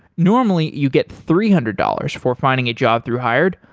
normally, you get three hundred dollars for finding a job through hired,